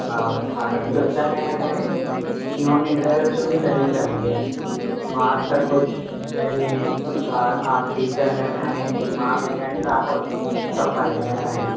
అక్కడి నుంచి వచ్చాకైన కాని మీ వాడిని ఇంటి దగ్గర వచ్చి ఉండి చదివించాలి మీరే మార్క్స్ తక్కువ వచ్చినాయి మళ్ళీ అది ఆ టీచర్ మీద కాని మా మీద కాని రాకూడదు తప్పు అనేది నింద అనేది